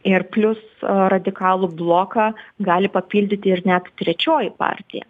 ir plius a radikalų bloką gali papildyti ir net trečioji partija